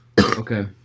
Okay